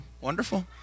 wonderful